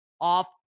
off